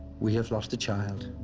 we have lost a child.